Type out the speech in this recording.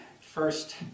first